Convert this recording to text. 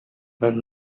but